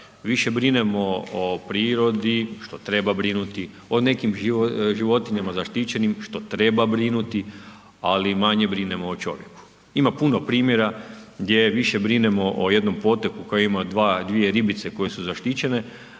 puta brinemo o prirodi, što treba brinuti, o nekim životinjama zaštićenim, što treba brinuti, ali manje brinemo o čovjeku. Ima puno primjera gdje više brinemo o jednom potoku koji ima 2 ribice koje su zaštićene